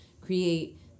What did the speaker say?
create